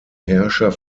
herrscher